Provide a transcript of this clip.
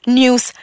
news